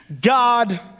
God